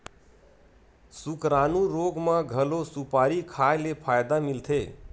सुकरानू रोग म घलो सुपारी खाए ले फायदा मिलथे